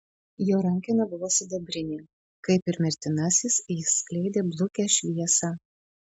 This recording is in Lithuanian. jo rankena buvo sidabrinė kaip ir mirtinasis jis skleidė blukią šviesą